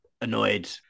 annoyed